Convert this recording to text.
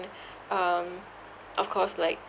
um of course like